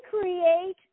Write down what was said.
create